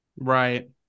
Right